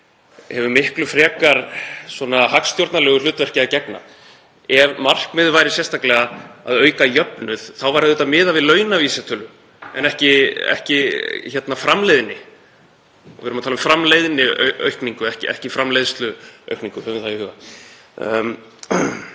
hefur miklu frekar hagstjórnarlegu hlutverki að gegna. Ef markmiðið væri sérstaklega að auka jöfnuð væri auðvitað miðað við launavísitölu en ekki framleiðni. Við erum að tala um framleiðniaukningu ekki framleiðsluaukningu, höfum það í huga.